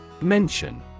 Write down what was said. Mention